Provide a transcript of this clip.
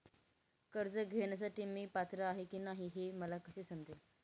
कर्ज घेण्यासाठी मी पात्र आहे की नाही हे मला कसे समजेल?